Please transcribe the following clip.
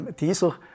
dieser